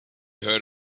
heard